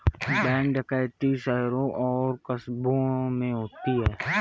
bank डकैती शहरों और कस्बों में होती है